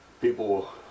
people